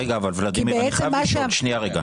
רגע ולדימיר, אני חייב לשאול.